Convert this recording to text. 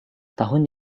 tahun